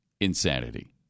insanity